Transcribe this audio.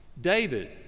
David